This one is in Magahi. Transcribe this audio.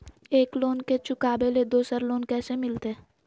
एक लोन के चुकाबे ले दोसर लोन कैसे मिलते?